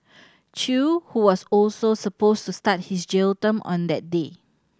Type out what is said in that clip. chew who was also supposed to start his jail term on that day